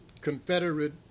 Confederate